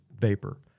vapor